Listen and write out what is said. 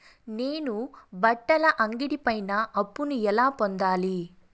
నేను బట్టల అంగడి పైన అప్పును ఎలా పొందాలి?